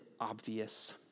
obvious